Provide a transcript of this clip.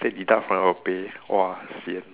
say deduct from your pay !wah! sian